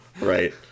right